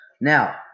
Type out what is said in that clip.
Now